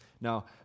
Now